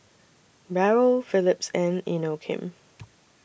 Barrel Phillips and Inokim